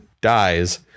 dies